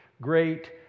Great